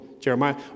Jeremiah